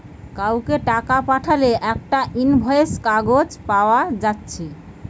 কাউকে টাকা পাঠালে একটা ইনভয়েস কাগজ পায়া যাচ্ছে